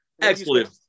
excellent